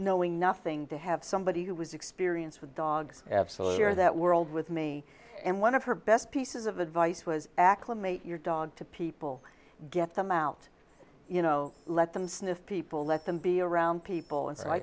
knowing nothing to have somebody who was experience with dogs absolutely or that world with me and one of her best pieces of advice was acclimate your dog to people get them out you know let them sniff people let them be around people and so i